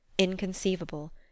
Inconceivable